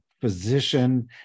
physician